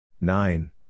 nine